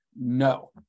No